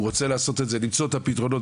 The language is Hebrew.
אני רוצה לעשות את זה ולמצוא את הפתרונות